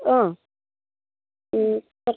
অঁ